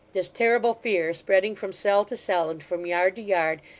this terrible fear, spreading from cell to cell and from yard to yard,